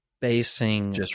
Basing